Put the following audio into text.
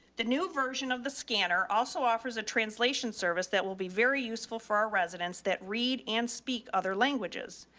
the new version of the scanner also offers a translation service that will be very useful for our residents that read and speak other languages.